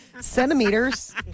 Centimeters